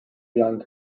young